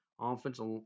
offensive